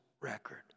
record